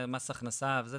מס הכנסה וזה,